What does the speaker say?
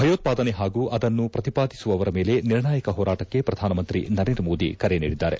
ಭಯೋತ್ವಾದನೆ ಹಾಗೂ ಆದನ್ನು ಪ್ರತಿಪಾದಿಸುವವರ ಮೇಲೆ ನಿರ್ಣಾಯಕ ಹೋರಾಟಕ್ಕೆ ಪ್ರಧಾನಮಂತ್ರಿ ನರೇಂದ್ರ ಮೋದಿ ಕರೆ ನೀಡಿದ್ದಾರೆ